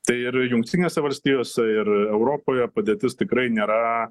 tai ir jungtinėse valstijose ir europoje padėtis tikrai nėra